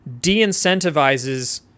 de-incentivizes